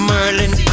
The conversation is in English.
Merlin